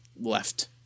left